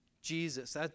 Jesus